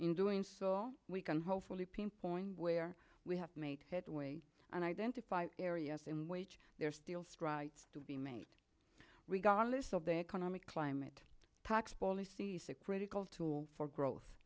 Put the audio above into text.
in doing so all we can hopefully pain point where we have made headway and identify areas in which there are still strides to be made regardless of the economic climate talks policies the critical tool for growth